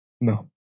no